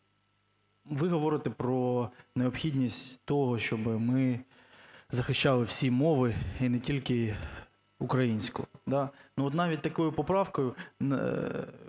ви говорите про необхідність того, щоби ми захищали всі мови, і не тільки українську, да. От навіть такою поправкою,